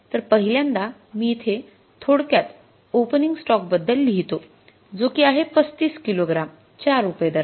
तर पहिल्यांदा मी इथे थोडक्यात ओपनिंग स्टॉक बद्दल लिहितो जो कि आहे ३५ किलो ग्राम ४ रुपये दराने